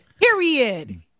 Period